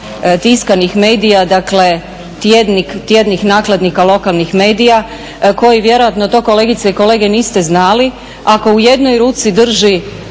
tiskanih medija, dakle tjednih nakladnika lokalnih medija koji vjerojatno to kolegice i kolege niste znali ako u jednoj ruci drži